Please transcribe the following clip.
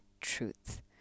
truth